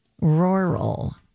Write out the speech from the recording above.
Rural